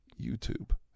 YouTube